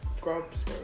grubs